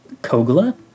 Kogla